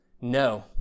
No